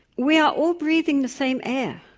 we are all breathing the same air,